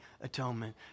atonement